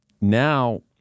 now